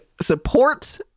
support